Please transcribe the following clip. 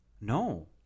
No